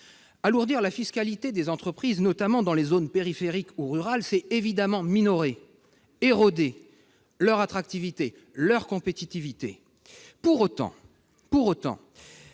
alourdir la fiscalité des entreprises, notamment dans les zones périphériques ou rurales, c'est évidemment minorer, éroder leur attractivité et leur compétitivité. Pour autant, la question